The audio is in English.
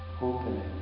opening